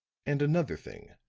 and, another thing,